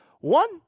One